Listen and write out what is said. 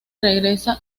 regresa